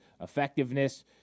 effectiveness